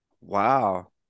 Wow